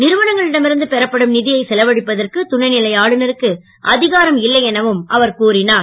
நிறுவனங்களிடம் இருந்து பெறப்படும் நிதியை செலவழிப்பதற்கு துணைநிலை ஆளுநருக்கு அதிகாரம் இல்லை எனவும் அவர் கூறினார்